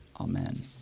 Amen